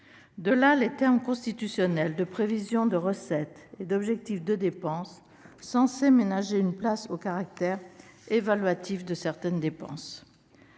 D'où les termes constitutionnels de « prévisions de recettes » et d'« objectifs de dépenses », censés ménager une place au caractère évaluatif de certaines dépenses.